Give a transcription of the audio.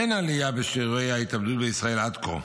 אין עלייה בשיעורי ההתאבדות בישראל עד כה.